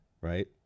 right